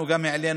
אנחנו גם העלינו,